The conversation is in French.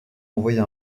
envoyer